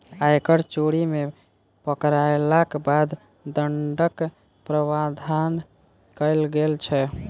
आयकर चोरी मे पकड़यलाक बाद दण्डक प्रावधान कयल गेल छै